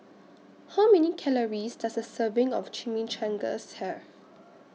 How Many Calories Does A Serving of Chimichangas Have